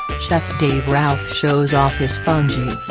chef dave ralph shows off his fungee.